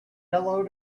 hello